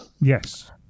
Yes